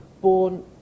born